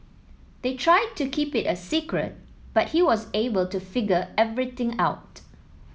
they tried to keep it a secret but he was able to figure everything out